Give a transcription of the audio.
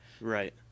Right